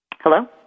Hello